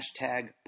Hashtag